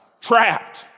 trapped